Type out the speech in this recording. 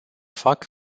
fac